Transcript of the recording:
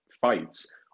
fights